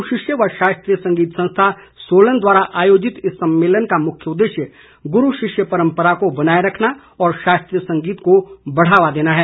गुरू शिष्य व शास्त्रीय संगीत संस्था सोलन द्वारा आयोजित इस सम्मेलन का मुख्य उददेश्य गुरू शिष्य परंपरा को बनाए रखना और शास्त्रीय संगीत को बढ़ावा देना है